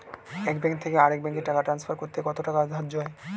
এক ব্যাংক থেকে আরেক ব্যাংকে টাকা টান্সফার করতে কত টাকা ধার্য করা হয়?